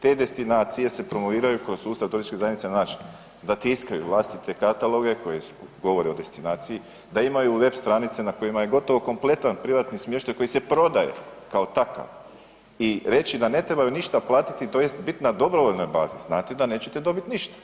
Te destinacije se promoviraju kroz sustav TZ na način da tiskaju vlastite kataloge koje govore o destinaciji, da imaju web stranice na kojima je gotovo kompletan privatni smještaj koji se prodaje kao takav i reći da ne trebaju ništa platiti tj. bit na dobrovoljnoj bazi znate da nećete dobiti ništa.